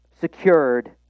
secured